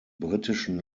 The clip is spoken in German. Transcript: britischen